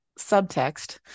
subtext